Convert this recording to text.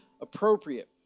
appropriate